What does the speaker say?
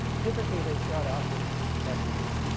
typically they start out with equity.